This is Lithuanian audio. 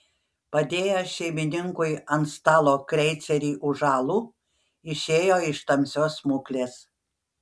padėjęs šeimininkui ant stalo kreicerį už alų išėjo iš tamsios smuklės